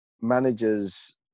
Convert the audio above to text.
managers